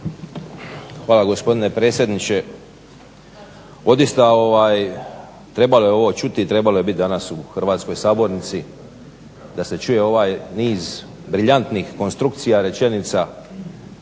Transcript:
Hvala gospodine potpredsjedniče. Odista trebalo je ovo čuti i trebalo je biti danas u hrvatskoj sabornici da se čuje ovaj niz briljantnih konstrukcija rečenica